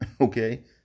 okay